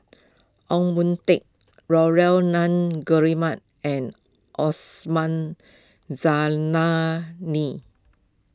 Ong Tat Nunns Guillemard and Osman Zailani